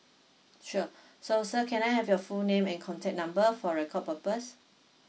sure so sir can I have your full name and contact number for record purpose